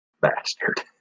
bastard